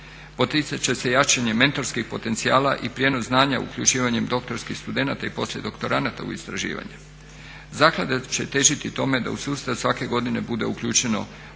Poticat će se jačanje mentorskih potencijala i prijenos znanja uključivanjem doktorskih studenata i poslijedoktoranata u istraživanje. Zaklada će težiti tome da u sustav svake godine bude uključeno oko